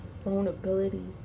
vulnerability